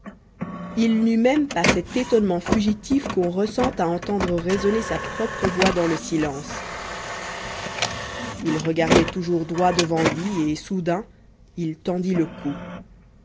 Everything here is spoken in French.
il n'eut même pas cet étonnement fugitif qu'on ressent à entendre résonner sa propre voix dans le silence il regardait toujours droit devant lui et soudain il tendit le cou